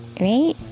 Right